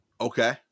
okay